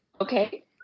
okay